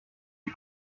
die